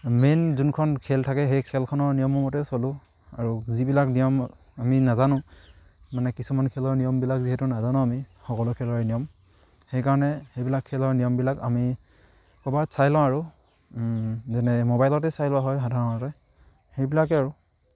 main যোনখন খেল থাকে সেই খেলখনৰ নিয়মৰ মতে চলোঁ আৰু যিবিলাক নিয়ম আমি নাজানো মানে কিছুমান খেলৰ নিয়মবিলাক যিহেতু নাজানো আমি সকলো খেলৰ নিয়ম সেইকাৰণে সেইবিলাক খেলৰ নিয়মবিলাক আমি ক'ৰবাত চাই লওঁ আৰু যেনে মোবাইলতে চাই লোৱা হয় সাধাৰণতে সেইবিলাকে আৰু